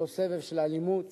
אותו סבב של אלימות